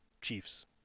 Chiefs